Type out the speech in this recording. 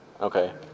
Okay